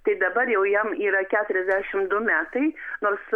tai dabar jau jam yra keturiasdešimt du metai nors